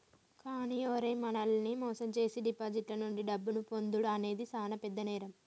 కానీ ఓరై మనల్ని మోసం జేసీ డిపాజిటర్ల నుండి డబ్బును పొందుడు అనేది సాన పెద్ద నేరం